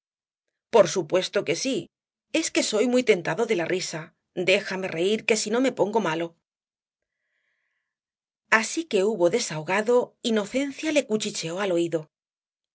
por supuesto que sí es que soy muy tentado de la risa déjame reir que si no me pongo malo así que hubo desahogado inocencia le cuchicheó al oido